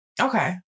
Okay